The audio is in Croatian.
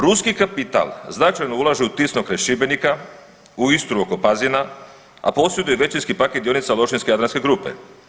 Ruski kapital značajno ulaže u Tisno kraj Šibenika, u Istru oko Pazina, a posjeduje većinski paket dionica Lošinjske jadranske grupe.